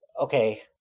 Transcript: okay